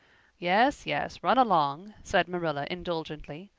yes, yes, run along, said marilla indulgently.